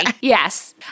yes